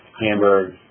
Hamburg